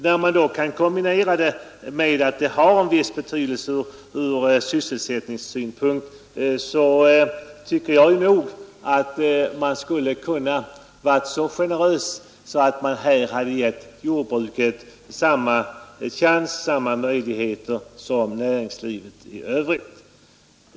När det dessutom har betydelse ur sysselsättningssynpunkt, tycker jag att man skulle ha kunnat vara så generös att man hade givit jordbruket samma möjligheter som näringslivet i övrigt.